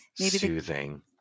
soothing